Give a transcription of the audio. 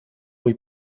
muy